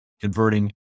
converting